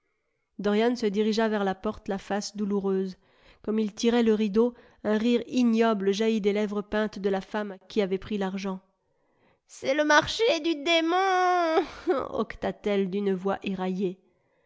dorian se dirigea vers la porte la face douloureuse comme il tirait le rideau un rire ignoble jaillit des lèvres peintes de la femme qui avait pris l'argent c'est le marché du démon hoqueta t elle d'une voix éraillée